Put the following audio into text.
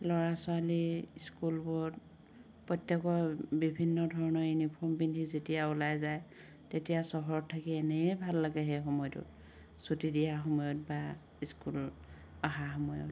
ল'ৰা ছোৱালী স্কুলবোৰত প্ৰত্যেকৰে বিভিন্ন ধৰণৰ ইউনিফৰ্ম পিন্ধি যেতিয়া ওলাই যায় তেতিয়া চহৰত থাকি এনেয়ে ভাল লাগে সেই সময়টোত ছুটী দিয়া সময়ত বা স্কুল অহা সময়ত